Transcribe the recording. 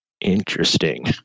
Interesting